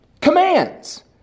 Commands